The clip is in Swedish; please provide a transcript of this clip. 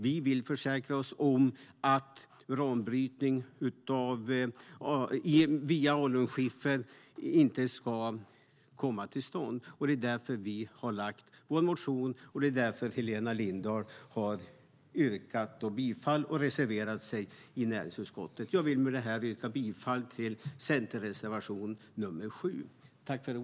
Vi vill försäkra oss om att uranbrytning via alunskiffer inte ska komma till stånd. Det är därför vi har väckt vår motion, och det är därför Helena Lindahl har yrkat bifall till den och reserverat sig i näringsutskottet.